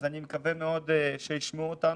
אז אני מקווה מאוד שישמעו אותנו,